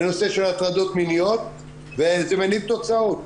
בנושא של הטרדות מיניות וזה מניב תוצאות.